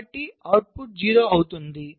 కాబట్టి అవుట్పుట్ 0 అవుతుంది